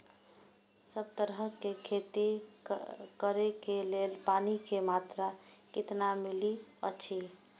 सब तरहक के खेती करे के लेल पानी के मात्रा कितना मिली अछि?